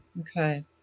Okay